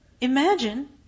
Imagine